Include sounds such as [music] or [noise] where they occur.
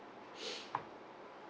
[breath]